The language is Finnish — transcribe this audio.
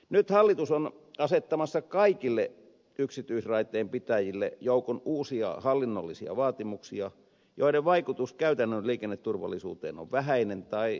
nyt hallitus on asettamassa kaikille yksityisraiteen pitäjille joukon uusia hallinnollisia vaatimuksia joiden vaikutus käytännön liikenneturvallisuuteen on vähäinen tai olematon